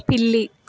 పిల్లి